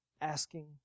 Asking